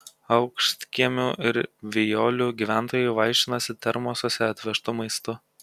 aukštkiemių ir vijolių gyventojai vaišinosi termosuose atvežtu maistu